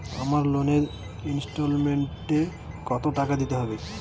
আমার লোনের ইনস্টলমেন্টৈ কত টাকা দিতে হবে?